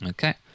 Okay